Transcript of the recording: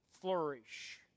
flourish